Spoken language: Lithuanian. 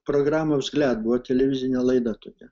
programą vzgliad buvo televizinė laida tokia